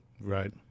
Right